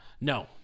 No